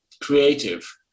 creative